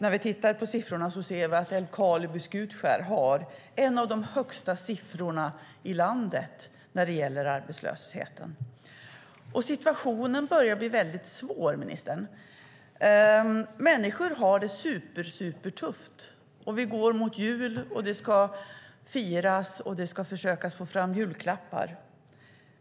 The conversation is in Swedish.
Älvkarleby och Skutskär har en av de högsta siffrorna i landet när det gäller arbetslösheten. Situationen börjar bli väldigt svår, ministern. Människor har det supertufft. Vi går mot jul. Det ska firas och försökas få fram julklappar.